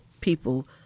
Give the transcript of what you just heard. people